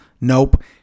Nope